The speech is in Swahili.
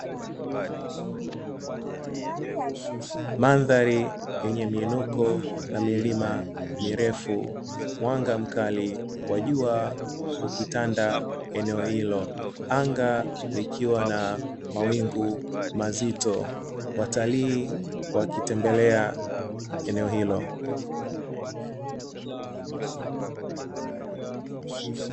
Mandhari yenye miinuko na milima mirefu mwanga mkali wa jua ukitanda eneo hilo anga likiwa na mawingu mazito, watalii wakitembelea eneo hilo.